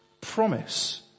promise